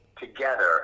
together